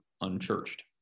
unchurched